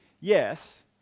yes